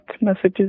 messages